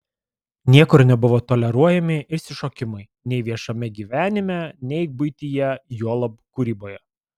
niekur nebuvo toleruojami išsišokimai nei viešame gyvenime nei buityje juolab kūryboje